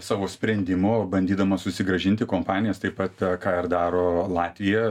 savo sprendimo bandydama susigrąžinti kompanijas taip pat ką ir daro latvija